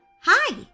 Hi